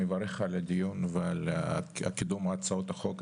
אני מברך על הדיון ועל קידום הצעות החוק.